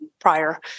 prior